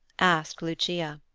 asked lucia.